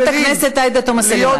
חברת הכנסת עאידה תומא סלימאן,